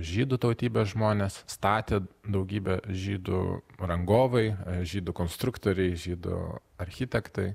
žydų tautybės žmonės statė daugybė žydų rangovai žydų konstruktoriai žydų architektai